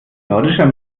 nordischer